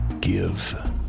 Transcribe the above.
Give